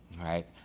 right